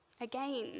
again